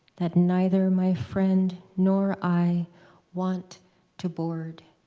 that neither my friend nor i want to board